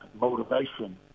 motivation